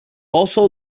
also